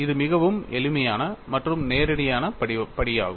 இது மிகவும் எளிமையான மற்றும் நேரடியான படியாகும்